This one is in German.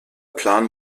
plan